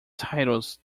titles